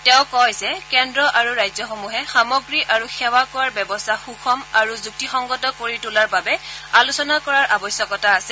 তেওঁ কয় যে কেন্দ্ৰ আৰু ৰাজ্যসমূহে সামগ্ৰী আৰু সেৱা কৰ ব্যৱস্থা সুষম আৰু যুক্তিসংগত কৰি তোলাৰ বাবে আলোচনা কৰাৰ আৱশ্যকতা আছে